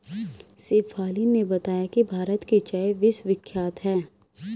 शेफाली ने बताया कि भारत की चाय विश्वविख्यात है